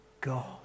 God